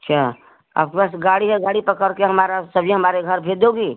क्या आपके पास गाड़ी है गाड़ी पकड़ कर हमारा सब्जी हमारे घर भेज दोगी